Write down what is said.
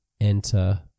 enter